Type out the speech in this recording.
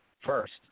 first